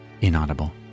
inaudible